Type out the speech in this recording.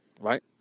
right